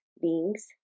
beings